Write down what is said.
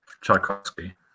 Tchaikovsky